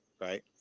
right